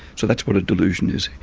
so that's what a delusion is.